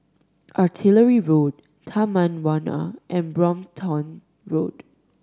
Artillery Road Taman Warna and Brompton Road